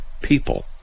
people